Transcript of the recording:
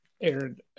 Aaron